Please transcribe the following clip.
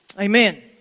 Amen